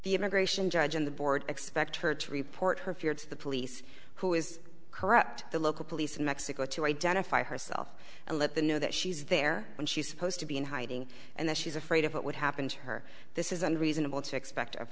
the immigration judge and the board expect her to report her fear to the police who is corrupt the local police in mexico to identify herself and let them know that she's there when she's supposed to be in hiding and that she's afraid of what would happen to her this isn't reasonable to expect of